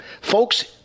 folks